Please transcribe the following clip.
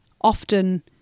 Often